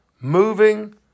moving